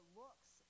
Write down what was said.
looks